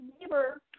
neighbor